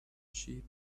sheep